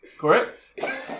Correct